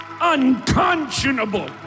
unconscionable